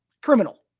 criminal